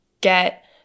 get